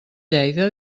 lleida